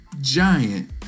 giant